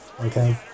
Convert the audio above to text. Okay